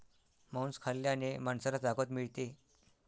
मांस खाल्ल्याने माणसाला ताकद मिळते